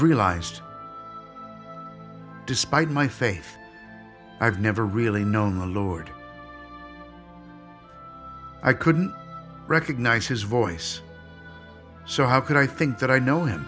realized despite my faith i've never really known the lord i couldn't recognize his voice so how could i think that i know him